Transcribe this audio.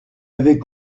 avait